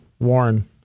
Warren